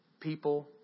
People